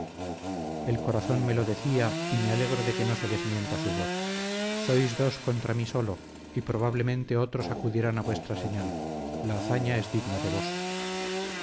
el corazón me lo decía y me alegro de que no se desmienta su voz sois dos contra mí solo y probablemente otros acudirán a vuestra señal la hazaña es digna de vos